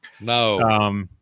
No